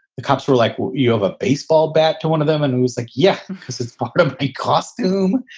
the cops were like, well, you have a baseball bat to one of them. and he was like, yeah, this is part of a costume